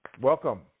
welcome